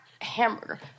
hamburger